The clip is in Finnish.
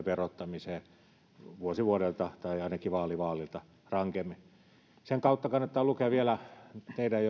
verottamiseen vuosi vuodelta tai ainakin vaali vaalilta rankemmin sen kautta kannattaa vielä teidän